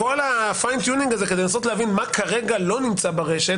כל הפיין טיונינג הזה כדי לנסות להבין מה כרגע לא נמצא ברשת,